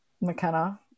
McKenna